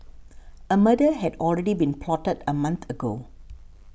a murder had already been plotted a month ago